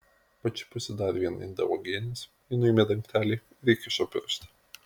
pačiupusi dar vieną indą uogienės ji nuėmė dangtelį ir įkišo pirštą